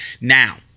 now